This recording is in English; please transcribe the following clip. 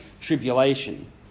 tribulation